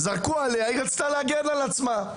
זרקו עליה, היא רצתה להגן על עצמה.